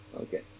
okay